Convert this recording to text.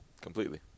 Completely